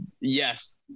Yes